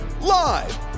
live